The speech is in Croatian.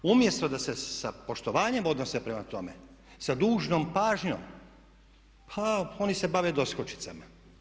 Umjesto da se sa poštovanjem odnose prema tome, sa dužnom pažnjom pa oni se bave doskočicama.